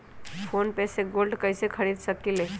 Phone पे से gold कईसे खरीद सकीले?